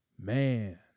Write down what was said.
man